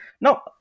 now